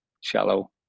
shallow